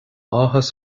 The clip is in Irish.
áthas